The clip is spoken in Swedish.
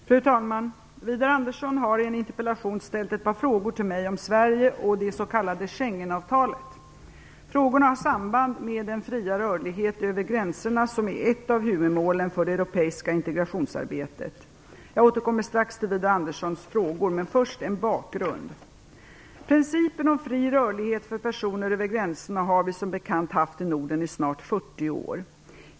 Fru talman! Widar Andersson har i en interpellation ställt ett par frågor till mig om Sverige och det s.k. Schengenavtalet. Frågorna har samband med den fria rörlighet över gränserna som är ett av huvudmålen för det europeiska integrationsarbetet. Jag återkommer strax till Widar Anderssons frågor, men först en bakgrund. Principen om fri rörlighet för personer över gränserna har vi som bekant haft i Norden i snart 40 år.